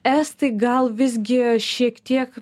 estai gal visgi šiek tiek